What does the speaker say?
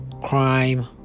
Crime